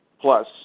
plus